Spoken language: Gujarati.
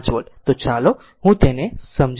તો ચાલો હું તેને સમજાવું